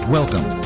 Welcome